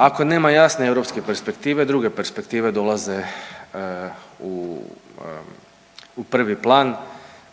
Ako nema jasne europske perspektive druge perspektive dolaze u prvi plan,